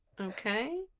Okay